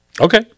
Okay